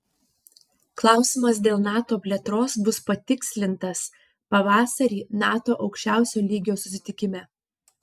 klausimas dėl nato plėtros bus patikslintas pavasarį nato aukščiausio lygios susitikime